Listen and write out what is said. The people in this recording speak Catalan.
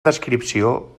descripció